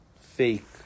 fake